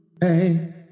Hey